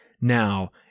Now